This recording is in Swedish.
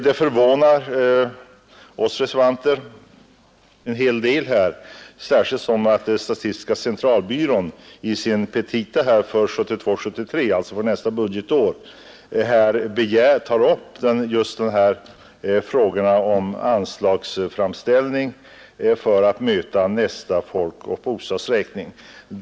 Det förvånar oss reservanter en hel del, särskilt som statistiska centralbyrån i sina petita för 1972/73, alltså nästa budgetår, begär anslag för utredningsarbete innan nästa folkoch bostadsräkning igångsätts.